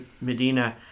Medina